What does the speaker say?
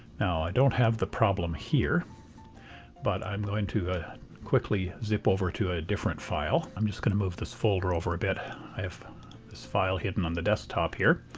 now i don't have the problem here but i'm going to quickly zip over to a different file. i'm just going to move this folder over a bit and i have this file hidden on the desktop here,